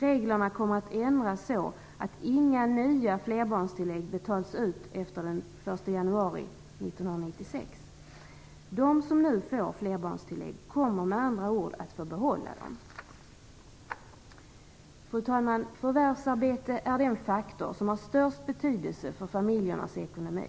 Reglerna kommer att ändras så att inga nya flerbarnstillägg betalas ut efter den 1 januari 1996. De som nu får flerbarnstillägg kommer med andra ord att få behålla dem. Fru talman! Förvärvsarbete är den faktor som har störst betydelse för familjernas ekonomi.